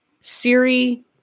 Siri